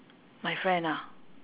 my friend ah